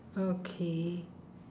okay